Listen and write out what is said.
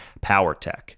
PowerTech